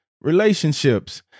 relationships